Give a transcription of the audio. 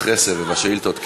אחרי סבב השאילתות,